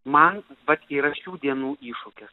man vat yra šių dienų iššūkis